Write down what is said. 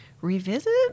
revisit